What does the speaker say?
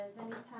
anytime